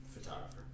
Photographer